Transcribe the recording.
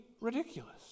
ridiculous